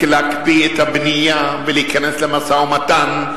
להקפיא את הבנייה ולהיכנס למשא-ומתן,